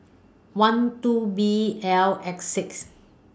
one two B L X six